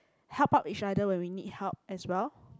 help out each other when we need help as well